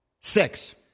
six